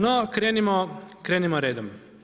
No, krenimo redom.